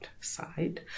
side